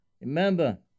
Remember